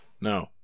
No